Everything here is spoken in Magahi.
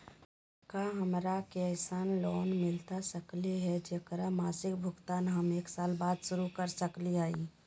का हमरा के ऐसन लोन मिलता सकली है, जेकर मासिक भुगतान हम एक साल बाद शुरू कर सकली हई?